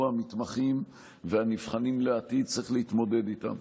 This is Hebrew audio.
המתמחים והנבחנים לעתיד צריך להתמודד איתן,